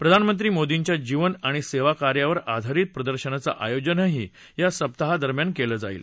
प्रधानमंत्री मोदींच्या जीवन आणि सेवाकार्यावर आधिरित प्रदर्शनांचं आयोजनही या सप्ताहा दरम्यान केलं जाईल